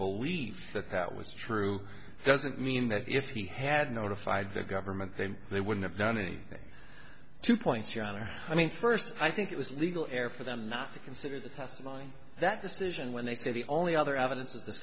believe that that was true doesn't mean that if he had notified the government then they wouldn't have known any two points your honor i mean first i think it was legal air for them not to consider the testimony that decision when they say the only other evidence is this